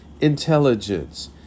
intelligence